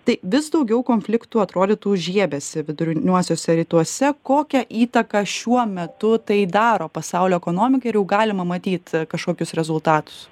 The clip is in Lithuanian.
tai vis daugiau konfliktų atrodytų žiebiasi viduriniuosiuose rytuose kokią įtaką šiuo metu tai daro pasaulio ekonomikai ir jau galima matyt kažkokius rezultatus